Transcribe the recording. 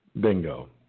Bingo